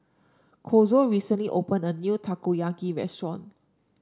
Kazuo recently opened a new Takoyaki restaurant